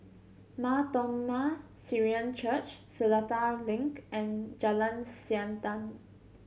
Mar Thoma Syrian Church Seletar Link and Jalan Siantan